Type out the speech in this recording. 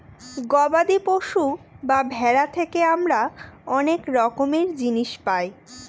গবাদি পশু বা ভেড়া থেকে আমরা অনেক রকমের জিনিস পায়